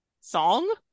song